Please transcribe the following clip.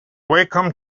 wacom